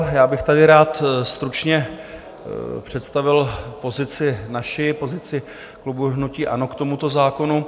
Já bych tady rád stručně představil pozici naši, pozici klubu hnutí ANO k tomuto zákonu.